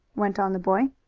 went on the boy.